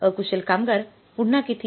अकुशल कामगार पुन्हा किती